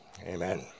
amen